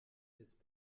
ist